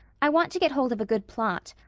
i want to get hold of a good plot.